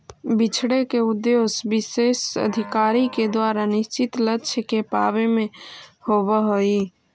बिछड़े के उद्देश्य विशेष अधिकारी के द्वारा निश्चित लक्ष्य के पावे में होवऽ हई